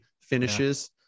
finishes